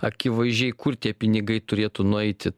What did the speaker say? akivaizdžiai kur tie pinigai turėtų nueiti